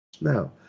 Now